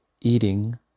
eating